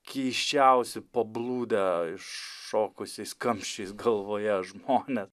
keisčiausi pablūdę iššokusiais kamščiais galvoje žmonės